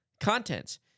contents